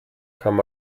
kam